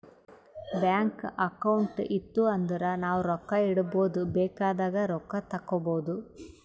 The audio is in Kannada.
ಬ್ಯಾಂಕ್ ಅಕೌಂಟ್ ಇತ್ತು ಅಂದುರ್ ನಾವು ರೊಕ್ಕಾ ಇಡ್ಬೋದ್ ಬೇಕ್ ಆದಾಗ್ ರೊಕ್ಕಾ ತೇಕ್ಕೋಬೋದು